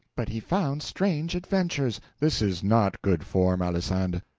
but he found strange adventures this is not good form, alisande.